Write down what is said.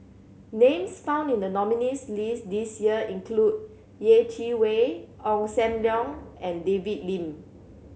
names found in the nominees' list this year include Yeh Chi Wei Ong Sam Leong and David Lim